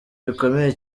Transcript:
bikomeye